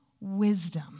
wisdom